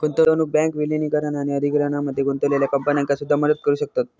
गुंतवणूक बँक विलीनीकरण आणि अधिग्रहणामध्ये गुंतलेल्या कंपन्यांका सुद्धा मदत करू शकतत